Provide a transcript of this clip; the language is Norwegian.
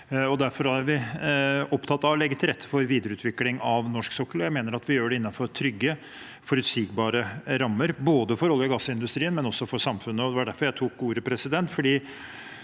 Derfor er vi opptatt av å legge til rette for videreutvikling av norsk sokkel, og jeg mener at vi gjør det innenfor trygge, forutsigbare rammer, både for oljeog gassindustrien og for samfunnet. Det var derfor jeg tok ordet: fordi